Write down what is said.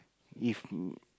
if